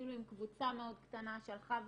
והתחילו עם קבוצה מאוד קטנה שהלכה והתפתחה.